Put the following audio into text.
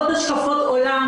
עוד השקפות עולם,